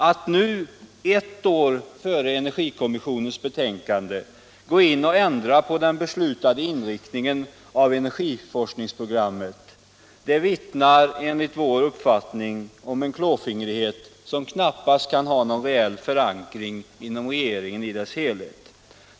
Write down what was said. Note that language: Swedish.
Att nu, ett år före energikommissionens betänkande, gå in och ändra på den beslutade inriktningen av energiforskningsprogrammet vittnar enligt vår uppfattning om en klåfingrighet, som knappast kan ha någon reell förankring inom regeringen i dess helhet.